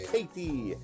Katie